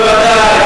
בוודאי,